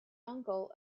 uncle